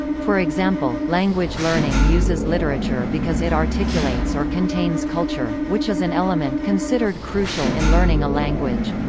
for example, language learning uses literature because it articulates or contains culture, which is an element considered crucial in learning a language.